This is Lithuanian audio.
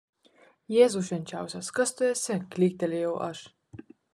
jėzau švenčiausias kas tu esi klyktelėjau aš